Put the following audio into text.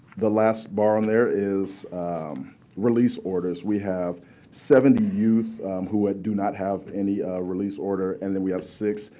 the last bar on there is release orders. we have seventy youth who do not have any release order, and then we have six,